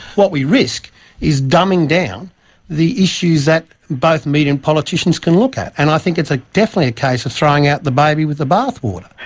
what we risk is dumbing down the issues that both media and politicians can look at, and i think it's definitely a case of throwing out the baby with the bathwater.